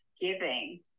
giving